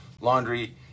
laundry